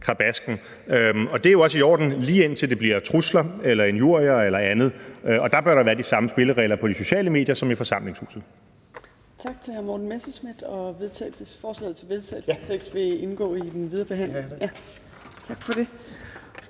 krabasken. Det er jo også i orden, lige indtil det bliver trusler eller injurier eller andet, og dér bør der være de samme spilleregler på de sociale medier som i forsamlingshuset.